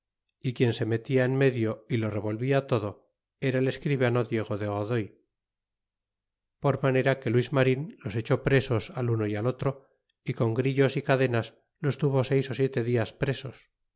y quien se metía en medio y o revolvia todo era el escribano diego de godoy por manera que luis marin los echó presos al uno y al otro y con grillos y cadenas los tuvo seis el siete dias presos